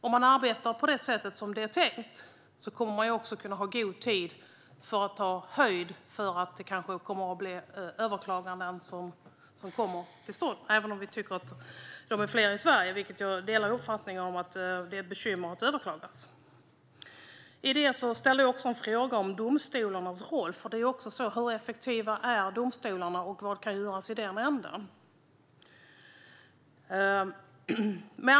Om man arbetar på det sätt som är tänkt kommer man att ha god tid på sig att ta höjd för eventuella överklaganden som kommer till stånd - även om vi tycker att det överklagas mer i Sverige och att det är ett bekymmer, vilket jag håller med om. Jag ställde också en fråga om domstolarnas roll. Hur effektiva är domstolarna, och vad kan göras i den änden?